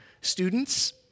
Students